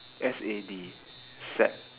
S A D sad